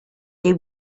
they